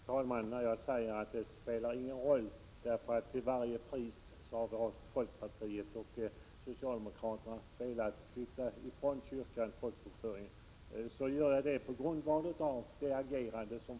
Herr talman! När jag säger att det inte spelar någon roll för folkpartiet vem som sköter folkbokföringen, därför att man till varje pris har velat flytta den ifrån kyrkan, gör jag det på grundval av folkpartiets agerande.